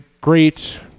great